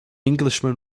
englishman